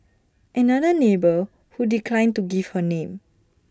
another neighbour who declined to give her name